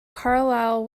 carlyle